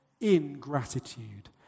Ingratitude